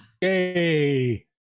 Yay